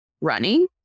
running